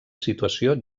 situació